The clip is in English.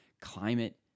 climate